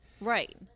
Right